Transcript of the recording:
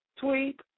Tweet